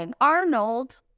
Arnold